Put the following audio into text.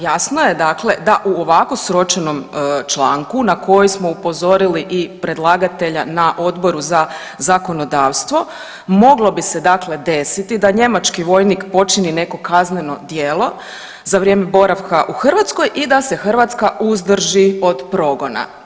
Jasno je dakle da u ovako sročenom članku na koji smo upozorili i predlagatelja na Odboru za zakonodavstvo, moglo bi se dakle desiti da njemački vojnik počini neko kazneno djelo za vrijeme boravka u Hrvatskoj i da se Hrvatska uzdrži od progona.